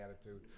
attitude